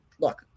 look